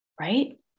right